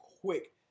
quick